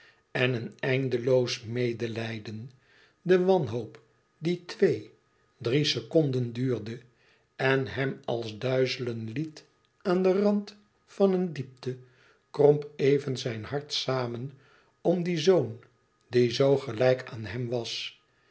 en een eindeloos medelijden de wanhoop die twee drie seconden duurde en hem als duizelen liet aan den rand van een diepte kromp even zijn hart samen om dien zoon die zoo gelijk aan hem was